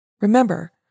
Remember